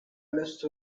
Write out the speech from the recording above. لست